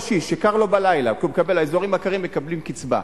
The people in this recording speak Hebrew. כי באזורים הקרים מקבלים קצבה,